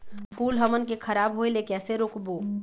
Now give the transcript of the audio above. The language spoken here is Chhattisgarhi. फूल हमन के खराब होए ले कैसे रोकबो?